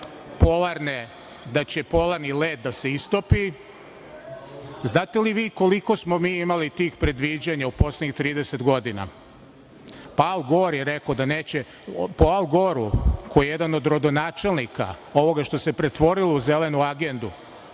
da će polarni led da se istopi. Znate li vi koliko smo mi imali tih predviđanja u poslednjih 30 godina? Po Paul Goru, koji je jedan od rodonačelnika ovoga što se pretvorilo u Zelenu agendu,